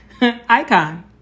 icon